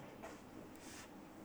do you still play